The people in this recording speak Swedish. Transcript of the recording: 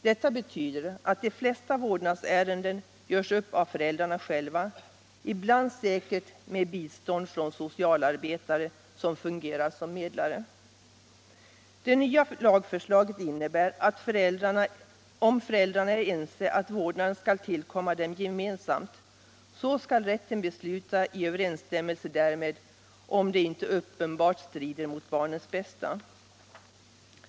Detta betyder att de allra flesta vårdnadsärenden görs upp av föräldrarna själva, ibland säkert med bistånd från socialarbetare som fungerar som medlingspart. Det nya lagförslaget innebär att om föräldrarna är ense om att vårdnaden skall tillkomma dem gemensamt, så skall rätten besluta i överensstämmelse därmed om det inte uppenbart strider mot barnets bästa.